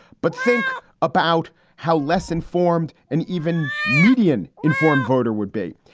but think about how less informed and even median informed voter would be.